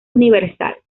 universal